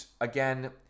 again